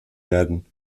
werden